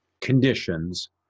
conditions